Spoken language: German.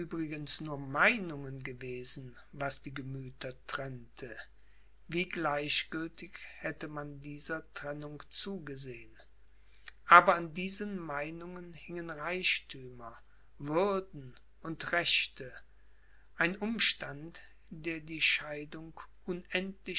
nur meinungen gewesen was die gemüther trennte wie gleichgültig hätte man dieser trennung zugesehen aber an diesen meinungen hingen reichthümer würden und rechte ein umstand der die scheidung